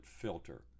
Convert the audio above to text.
Filter